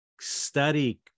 study